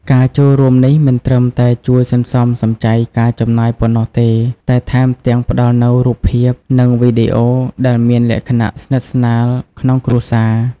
ការចូលរួមនេះមិនត្រឹមតែជួយសន្សំសំចៃការចំណាយប៉ុណ្ណោះទេ តែថែមទាំងផ្តល់នូវរូបភាព និងវីដេអូដែលមានលក្ខណៈស្និទ្ធស្នាលក្នុងគ្រួសារ។